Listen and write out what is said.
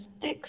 six